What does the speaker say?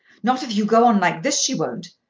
not if you go on like this she won't.